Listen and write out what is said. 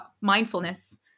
mindfulness